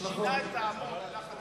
בין המציעים.